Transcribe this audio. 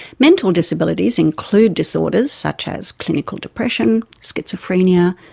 mental disabilities include disorders such as clinical depression, schizophrenia,